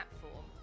platform